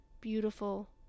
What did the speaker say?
beautiful